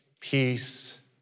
peace